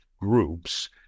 groups